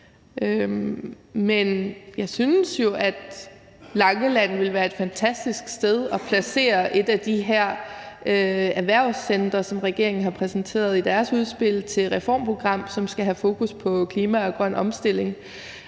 Men jeg synes, at Langeland ville være et fantastisk sted at placere et af de her erhvervscentre, som regeringen har præsenteret i deres udspil til et reformprogram, som skal have fokus på klima og grøn omstilling.